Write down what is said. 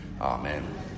Amen